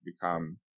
become